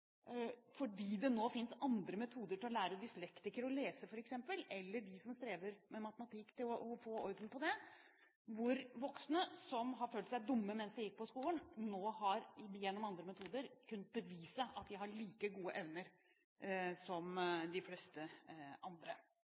fordi det nå fins andre metoder til å lære dyslektikere å lese, f.eks., eller dem som strever med matematikk, til å få orden på det, om hvordan voksne som har følt seg dumme mens de gikk på skolen, nå gjennom andre metoder har kunnet bevise at de har like gode evner som de fleste andre.